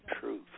truth